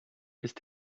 ist